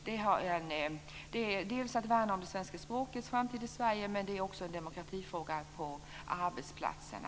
Det är dels en fråga om att värna det svenska språkets framtid i Sverige, dels en demokratifråga på arbetsplatserna.